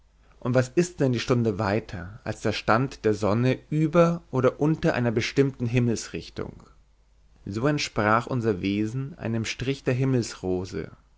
und was ist denn die stunde weiter als der stand der sonne über oder unter einer bestimmten himmelsrichtung so entsprach unser wesen einem strich der